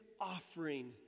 offering